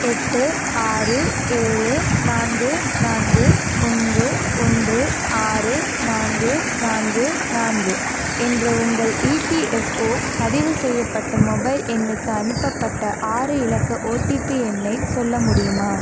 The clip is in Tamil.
எட்டு ஆறு ஏழு நான்கு நான்கு ஒன்று ஒன்று ஆறு நான்கு நான்கு நான்கு என்ற உங்கள் இபிஎஃப்ஓ பதிவு செய்யப்பட்ட மொபைல் எண்ணுக்கு அனுப்பப்பட்ட ஆறு இலக்க ஓடிபி எண்ணை சொல்ல முடியுமா